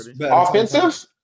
Offensive